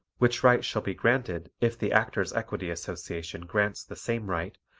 which right shall be granted if the actors' equity association grants the same right,